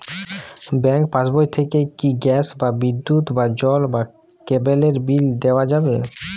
Bank পাশবই থেকে কি গ্যাস বা বিদ্যুৎ বা জল বা কেবেলর বিল দেওয়া যাবে?